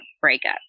breakup